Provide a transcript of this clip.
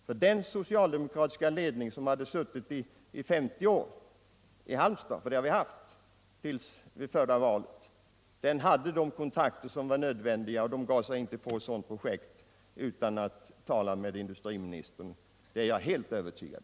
För den socialdemokratiska ledning som hade suttit i Halmstad i 50 år — det hade den gjort fram till senaste valet — hade ju alla möjligheter tll regeringskontakter, och jag kan knappast tro att den skulle ha givit sig på ett sådant projekt utan att tala med industriministern. Det är för mig helt uteslutet.